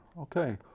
Okay